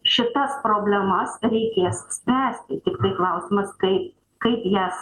šitas problemas reikės spręsti tiktai klausimas kaip kaip jas